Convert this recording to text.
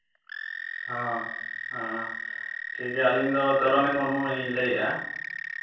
ᱦᱚᱸ ᱦᱚᱸ ᱴᱷᱤᱠ ᱜᱮᱭᱟ ᱟᱹᱞᱤᱧ ᱫᱚ ᱛᱚᱨᱚᱱᱤ ᱢᱩᱨᱢᱩ ᱞᱤᱧ ᱞᱟᱹᱭᱮᱜᱼᱟ